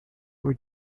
were